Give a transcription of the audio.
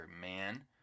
man